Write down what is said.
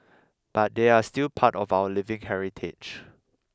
but they're still part of our living heritage